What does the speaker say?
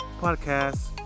podcast